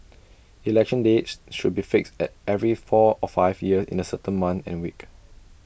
election dates should be fixed at every four or five years in A certain month and week